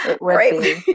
right